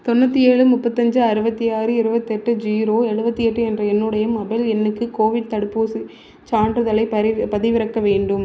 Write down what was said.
தொண்ணூற்றி ஏழு முப்பத்தஞ்சு அறுபத்தி ஆறு இருபத்தெட்டு ஜீரோ எழுபத்தி எட்டு என்ற என்னுடைய மொபைல் எண்ணுக்கு கோவிட் தடுப்பூசி சான்றிதழை பரி பதிவிறக்க வேண்டும்